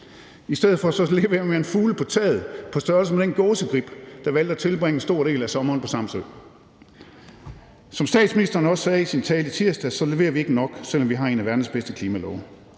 I stedet for leverer vi fugle på taget på størrelse med den gåsegrib, der valgte at tilbringe en stor del af sommeren på Samsø. Som statsministeren også sagde i sin tale i tirsdags, leverer vi ikke nok, selv om vi har en af verdens bedste klimalove.